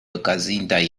okazintaj